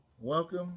welcome